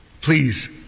Please